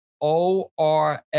ORF